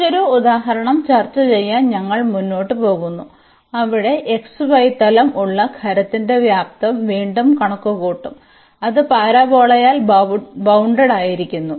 മറ്റൊരു ഉദാഹരണം ചർച്ചചെയ്യാൻ ഞങ്ങൾ മുന്നോട്ട് പോകുന്നു അവിടെ xy തലം ഉള്ള ഖരത്തിന്റെ വ്യാപ്തം വീണ്ടും കണക്കുകൂട്ടും അത് പരാബോളയാൽ ബൌണ്ടഡായിരിക്കുന്നു